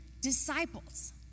disciples